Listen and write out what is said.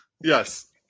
yes